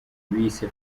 bise